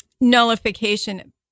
nullification